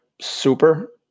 super